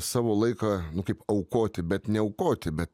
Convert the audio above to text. savo laiką kaip aukoti bet neaukoti bet